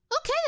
okay